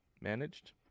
managed